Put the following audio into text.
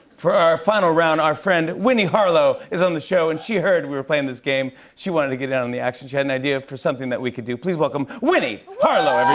for our final round, our friend winnie harlow is on the show. and she heard we were playing this game. she wanted to get in on the action. she had an idea for something that we could do. please welcome winnie harlow,